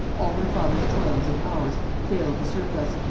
all my father's toils and ours fail to serve us,